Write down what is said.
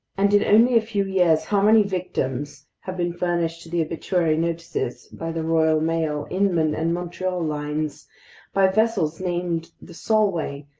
and in only a few years, how many victims have been furnished to the obituary notices by the royal mail, inman, and montreal lines by vessels named the solway,